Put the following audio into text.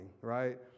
right